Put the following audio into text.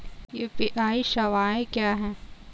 UPI सवायें क्या हैं?